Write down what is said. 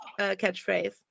catchphrase